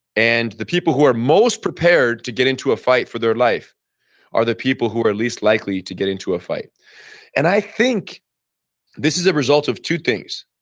and the people who are most prepared to get into a fight for their life are the people who are least likely to get into a fight and i think this is a result of two things.